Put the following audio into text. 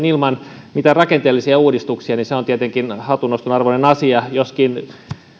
ilman mitään rakenteellisia uudistuksia on tietenkin hatunnoston arvoinen asia joskin